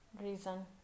reason